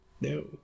no